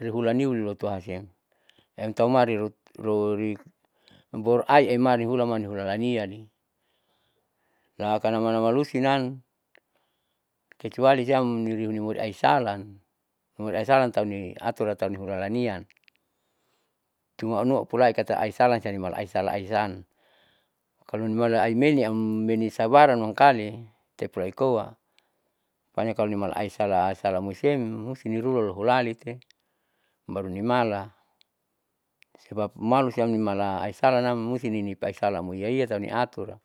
Lihulaniu lotoasia entaumari rutrurimborai emaihulamani hulananiali lakanamalusinan kecuali siam nihuriniaisalan nimuriaisalantauni aturtauni hulananian cuma aunua upulaikata aisala sianimala aisala aisan, kalonimala aimeni am menisabaran mangkali tepulai koa paneikalo nimala aisala aisala musin musinnirua loholalite baru nimala sebab malusiam nimala aisalanam musininipaaisala muiyaiyatau neaturra